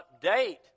update